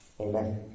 Amen